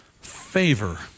favor